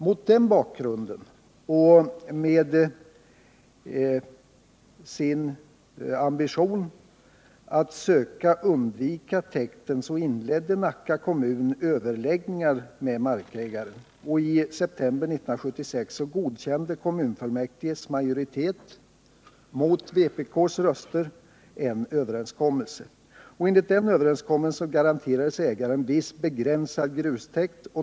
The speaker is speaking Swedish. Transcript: Mot den bakgrunden och med ambitionen att säka undvika täkten inledde Nacka kommun överläggningar med markägaren, och i september 1976 godkände kommunfullmäktiges majoritet, mot vpk:s röster, en överenskommelse. Enligt denna överenskommelse garanterades ägaren viss begränsad grustäkt.